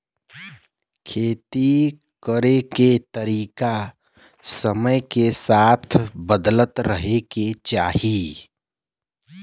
खेती करे के तरीका समय के साथे बदलत रहे के चाही